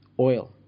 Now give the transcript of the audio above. oil